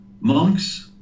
Monks